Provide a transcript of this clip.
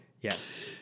Yes